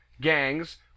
gangs